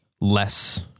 less